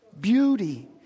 beauty